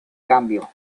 cambio